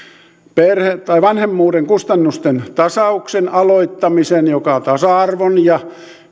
vanhemmuuden kustannusten tasauksen aloittamisen joka on tasa arvon ja